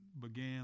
began